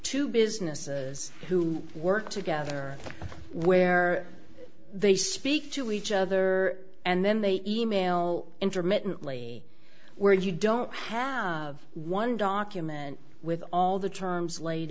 two businesses who work together where they speak to each other and then they e mail intermittently where you don't have one document with all the terms laid